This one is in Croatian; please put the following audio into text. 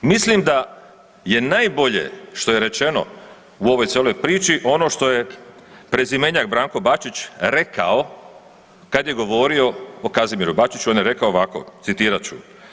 Mislim da je najbolje što je rečeno u ovoj cijeloj priči ono što je prezimenjak Branko Bačić rekao kad je govorio o Kazimiru Bačiću, on je rekao ovako citirat ću.